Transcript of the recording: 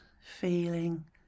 feeling